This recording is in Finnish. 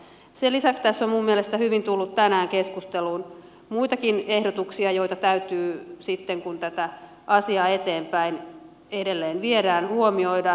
sen lisäksi tässä on minun mielestäni hyvin tullut tänään keskusteluun muitakin ehdotuksia joita täytyy sitten kun tätä asiaa eteenpäin edelleen viedään huomioida